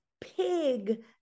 pig